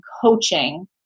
coaching